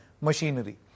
machinery